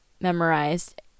memorized